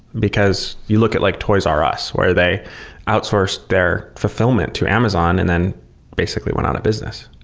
because you look at like toys r us where they outsource their fulfillment to amazon and then basically went on a business.